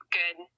good